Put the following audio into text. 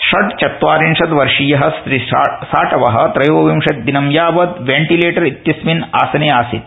षड्चत्वारिंशत्वर्षीयः श्रीसाटव त्रयोविंशतिदिनं यावत् वेंटिलेटर इत्यस्मिन् आसने आसीत्